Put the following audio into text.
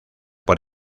por